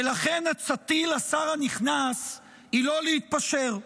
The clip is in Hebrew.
ולכן הצעתי לשר הנכנס היא לא להתפשר.